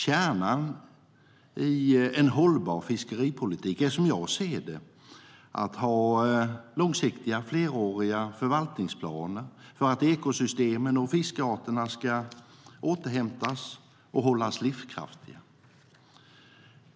Kärnan i en hållbar fiskeripolitik är som jag ser det att ha långsiktiga, fleråriga förvaltningsplaner för att ekosystemen och fiskarterna ska återhämta sig och hållas livskraftiga.